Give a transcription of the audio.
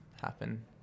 happen